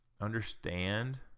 understand